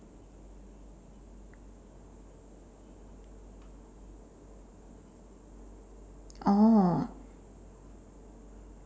oh